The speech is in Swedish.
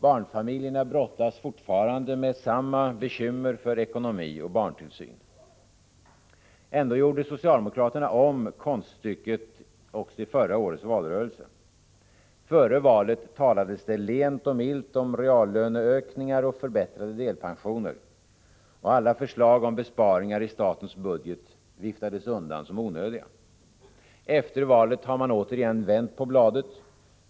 Barnfamiljerna brottas fortfarande med samma bekymmer för ekonomi och barntillsyn. Ändå gjorde socialdemokraterna om konststycket också i förra årets valrörelse. Före valet talades det lent och milt om reallöneökningar och förbättrade delpensioner. Alla förslag om besparingar i statens budget viftades undan som onödiga. Efter valet har man återigen vänt på bladet.